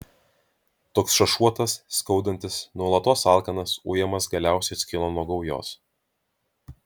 toks šašuotas skaudantis nuolatos alkanas ujamas galiausiai atskilo nuo gaujos